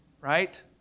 right